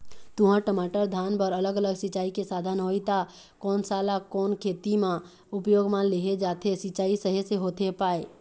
तुंहर, टमाटर, धान बर अलग अलग सिचाई के साधन होही ता कोन सा ला कोन खेती मा उपयोग मा लेहे जाथे, सिचाई सही से होथे पाए?